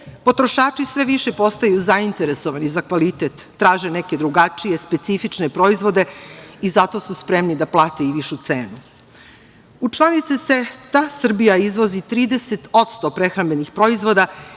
tržištu. Potrošači sve više postaju zainteresovani za kvalitet, traže neke drugačije, specifične proizvode i zato su spremni da plate i višu cenu.U članice CEFTA Srbija izvozi 30% prehrambenih proizvoda